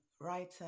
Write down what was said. writer